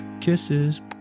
Kisses